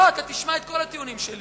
לא, אתה תשמע את כל הטיעונים שלי.